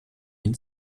ihn